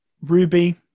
Ruby